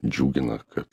džiugina kad